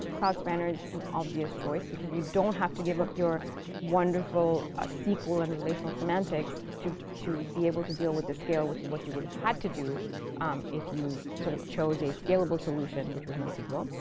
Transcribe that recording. cloud spanner is an obvious choice because you don't have to give up your wonderful ah sql and relational semantics to to be able to deal with the scale, which is what you would've had to do if you sort of chose a scalable solution, which was nosql. um